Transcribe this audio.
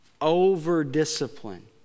over-discipline